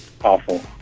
awful